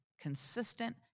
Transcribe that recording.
consistent